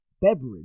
beverage